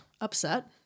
upset